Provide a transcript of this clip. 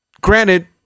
Granted